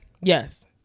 Yes